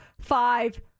five